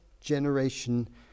generation